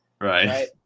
Right